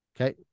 Okay